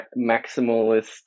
maximalist